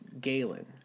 Galen